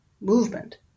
movement